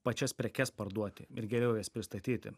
pačias prekes parduoti ir geriau jas pristatyti